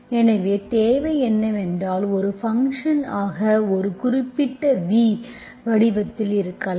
எனவே தேவை என்னவென்றால் ஒரு ஃபங்க்ஷன்ஆக ஒரு v குறிப்பிட்ட வடிவத்தில் இருக்கலாம்